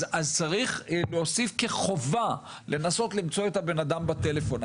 צריך להוסיף כחובה לנסות למצוא את הבן אדם בטלפון.